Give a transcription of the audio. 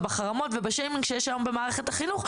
בחרמות ובשיימינג שיש היום במערכת החינוך,